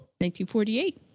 1948